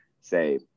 say